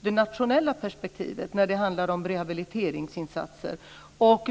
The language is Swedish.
det nationella perspektivet när det gäller rehabiliteringsinsatser.